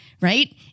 Right